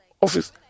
office